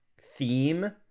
theme